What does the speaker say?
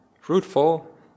fruitful